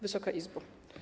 Wysoka Izbo!